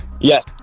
Yes